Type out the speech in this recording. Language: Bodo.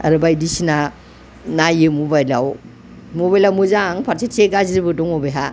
आरो बायदिसिना नायो मबाइलाव मबाइला मोजां फारसेथिंजाय गाज्रिबो दं बिहा